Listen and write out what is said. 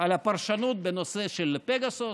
הפרשנות בנושא של פגסוס,